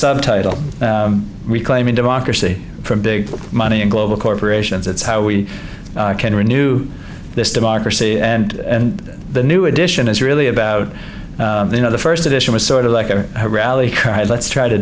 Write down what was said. subtitle reclaiming democracy from big money and global corporations it's how we can renew this democracy and the new edition is really about you know the first edition was sort of like a rally cry let's try to